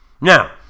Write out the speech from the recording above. Now